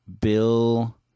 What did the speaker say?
Bill